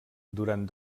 durant